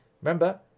remember